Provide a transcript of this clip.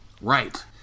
Right